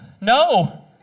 no